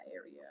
area